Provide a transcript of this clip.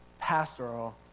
pastoral